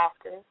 often